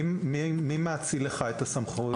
מי מאציל לך את הסמכות?